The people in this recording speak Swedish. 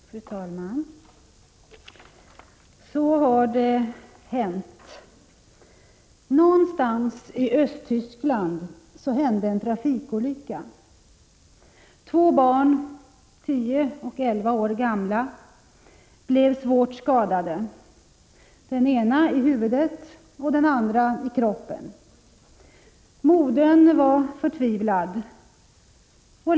Fru talman! Så har det hänt. Någonstans i Östtyskland hände en trafikolycka. Två barn, tio och elva år gamla, blev svårt skadade — det ena i huvudet och det andra i kroppen. Modern var förtvivlad.